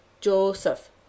joseph